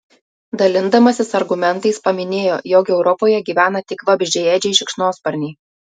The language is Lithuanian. dalindamasis argumentais paminėjo jog europoje gyvena tik vabzdžiaėdžiai šikšnosparniai